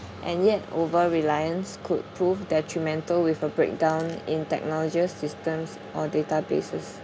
and yet over reliance could prove detrimental with a breakdown in technologies systems or databases